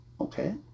Okay